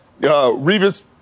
Revis